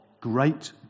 great